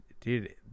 dude